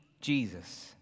Jesus